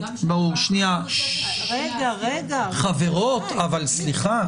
--- רגע, רגע חברות, סליחה.